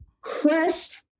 crushed